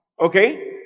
Okay